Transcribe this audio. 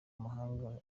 amahanga